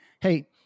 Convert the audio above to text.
Hey